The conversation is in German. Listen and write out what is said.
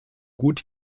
gut